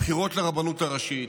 הבחירות לרבנות הראשית,